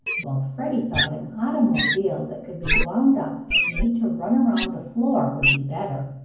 while freddie thought an automobile that could be wound up and made to run around the floor would be better.